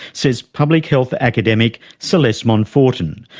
says public health academic celeste monforton,